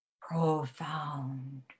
profound